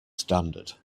standard